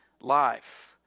life